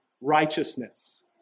righteousness